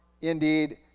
indeed